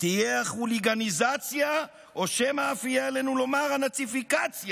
תהיה החוליגניזציה או שמא אף יהיה עלינו לומר: הנאציפיקציה,